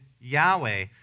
Yahweh